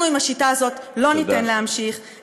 אנחנו, עם השיטה הזאת לא ניתן להמשיך.